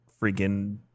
freaking